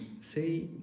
say